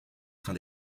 fin